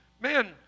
Man